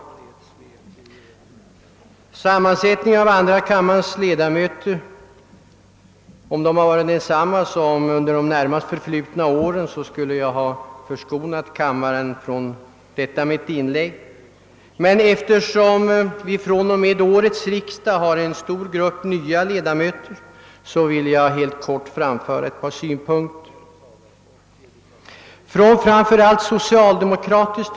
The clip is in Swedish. Jag har också i år väckt en motion i ärendet, nämligen motion II: 90. Om sammansättningen av denna kammare hade varit densamma som under de närmast förflutna åren skulle jag ha förskonat ledamöterna från detta mitt inlägg, men eftersom vi från och med årets riksdag har en stor grupp nya ledamöter vill jag nu helt kort anföra ett par synpunkter.